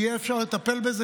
שיהיה אפשר לטפל בזה.